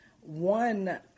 one